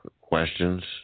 questions